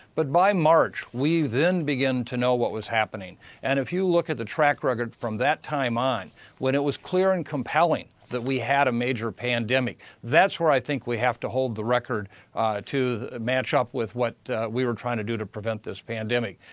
but by march we then begin to know what was happening and if you look at the track record from that time on when it was clear and compelling that we had a major pandemic, thats where i think we have to hold the record to match up with what we were trying to do to prevent this pandemic.